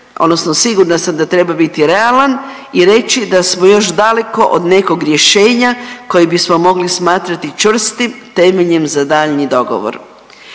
odnosno sigurna sam da treba biti realan i reći da smo još daleko od nekog rješenja koje bismo mogli smatrati čvrstim temeljem za daljnji dogovor.